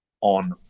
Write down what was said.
on